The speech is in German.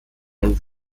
und